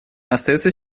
остаются